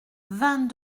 vingt